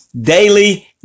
daily